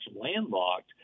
landlocked